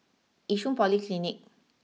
Yishun Polyclinic